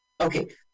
Okay